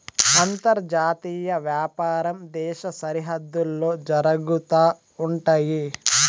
అంతర్జాతీయ వ్యాపారం దేశ సరిహద్దుల్లో జరుగుతా ఉంటయి